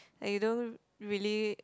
like you don't really